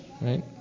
right